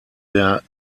der